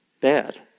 bad